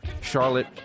Charlotte